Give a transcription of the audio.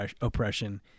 oppression